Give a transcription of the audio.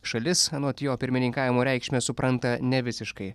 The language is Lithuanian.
šalis anot jo pirmininkavimo reikšmę supranta ne visiškai